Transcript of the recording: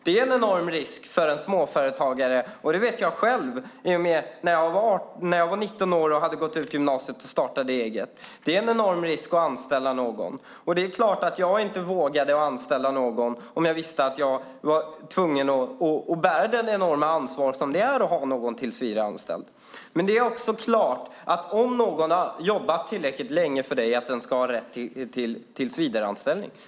Det är en enorm risk för en småföretagare att anställa någon. Jag vet det själv från den tid då jag var 19 år, hade gått ut gymnasiet och startade eget. Det är klart att jag inte vågade anställa någon om jag visste att jag var tvungen att bära det enorma ansvar som det är att ha någon tillsvidareanställd. Men det är också klart att om någon har jobbat tillräckligt länge för en arbetsgivare ska han eller hon ha rätt till tillsvidareanställning.